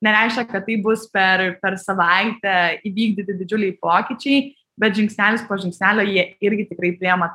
nereiškia kad tai bus per per savaitę įvykdyti didžiuliai pokyčiai bet žingsnelis po žingsnelio jie irgi tikrai priima